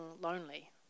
lonely